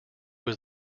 was